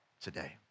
today